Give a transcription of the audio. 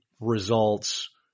results